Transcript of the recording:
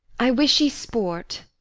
i wish ye sport.